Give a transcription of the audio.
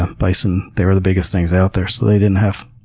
um bison, they were the biggest things out there so they didn't have